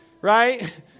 right